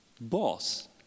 boss